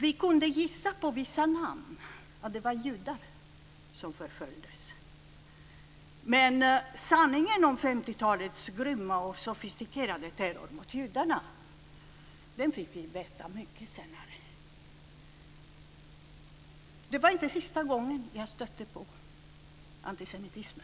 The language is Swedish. Vi gissade av vissa namn att det var judar som förföljdes, men sanningen om 50-talets grymma och sofistikerade terror mot judarna fick vi veta mycket senare. Det var inte sista gången som jag stötte på antisemitismen.